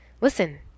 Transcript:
Listen